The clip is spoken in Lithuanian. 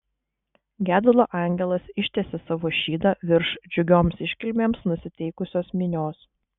gedulo angelas ištiesė savo šydą virš džiugioms iškilmėms nusiteikusios minios